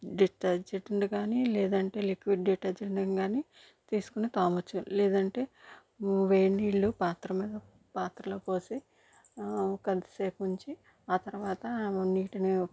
డిటర్జెంట్ని కానీ లేదంటే లిక్విడ్ డిటర్జెంట్ని కానీ తీసుకోని తోమవచ్చు లేదంటే వేడి నీళ్ళు పాత్రమీద పాత్రలో పోసి కొంతసేపు ఉంచి ఆ తర్వాత నీటిని